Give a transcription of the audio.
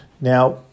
Now